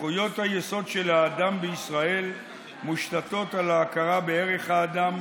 זכויות היסוד של האדם בישראל מושתתות על ההכרה בערך האדם,